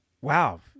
Wow